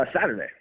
Saturday